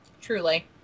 Truly